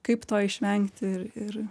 kaip to išvengti ir ir